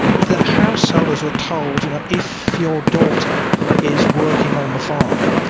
the householders were told you know if your daughter is working on the farm,